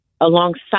alongside